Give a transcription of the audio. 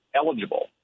eligible